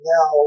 Now